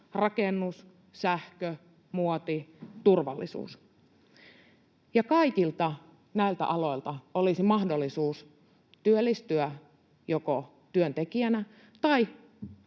rakennus, sähkö, muoti, turvallisuus. Kaikilta näiltä aloilta olisi mahdollisuus työllistyä joko työntekijänä tai